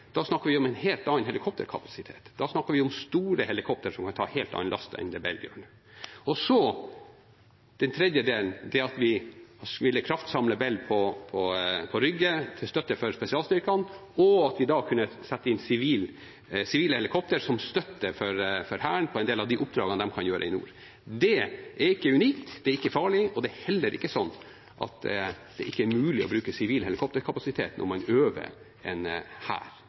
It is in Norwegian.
da snakker vi om en helt annen helikopterkapasitet, da snakker vi om store helikoptre som kan ta en helt annen last enn det Bell gjør. Og så til den tredje delen, at vi ville kraftsamle Bell-helikoptrene på Rygge som støtte for spesialstyrkene, og at vi da kunne sette inn sivile helikoptre som støtte for Hæren i en del av de oppdragene de kan gjøre i nord: Det er ikke unikt, det er ikke farlig, og det er heller ikke slik at det ikke er mulig å bruke sivil helikopterkapasitet når man øver en hær